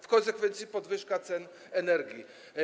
W konsekwencji jest podwyżka cen energii.